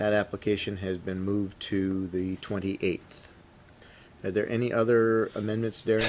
that application has been moved to the twenty eight that there are any other amendments there